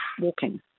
walking